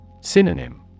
Synonym